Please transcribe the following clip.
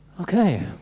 Okay